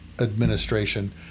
administration